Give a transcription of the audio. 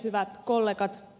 hyvät kollegat